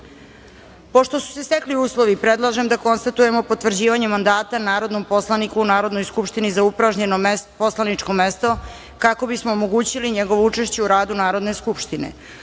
su se stekli uslovi predlažem da konstatujemo potvrđivanje mandata narodnom poslaniku u Narodnoj skupštini za upražnjeno poslaničko mesto, kako bismo omogućili njegovo učešće u radu Narodne skupštine. Uručeno